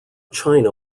china